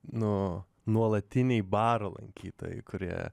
nu nuolatiniai baro lankytojai kurie